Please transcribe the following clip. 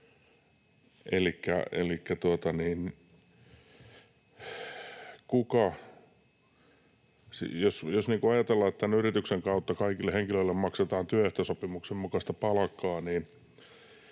Jos ajatellaan, että tämän yrityksen kautta kaikille henkilöille maksetaan työehtosopimuksen mukaista palkkaa,